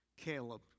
Caleb